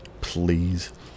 please